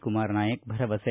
ಕುಮಾರ ನಾಯಕ ಭರವಸೆ